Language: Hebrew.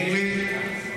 תני לי.